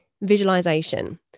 visualization